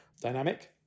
dynamic